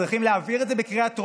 צריכים להעביר את זה בקריאה טרומית.